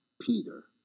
Peter